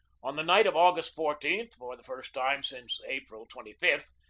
on the night of august fourteen, for the first time since april twenty five,